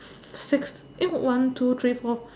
six eh one two three four